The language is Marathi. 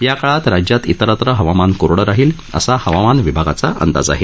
याकाळात राज्यात इरतत्र हवामान कोरडं राहील असा हवामान विभागाचा अंदाज आहे